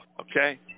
Okay